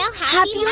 ah happy like